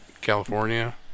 California